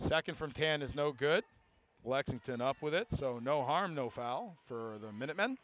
second from ten is no good lexington up with it so no harm no foul for the minute men